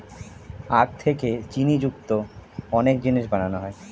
আখ থেকে চিনি যুক্ত অনেক জিনিস বানানো হয়